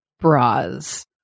bras